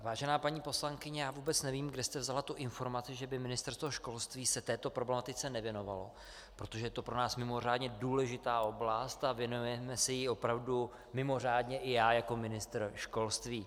Vážená paní poslankyně, já vůbec nevím, kde jste vzala tu informaci, že by Ministerstvo školství se této problematice nevěnovalo, protože je to pro nás mimořádně důležitá oblast a věnujeme se jí opravdu mimořádně, i já jako ministr školství.